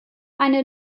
eine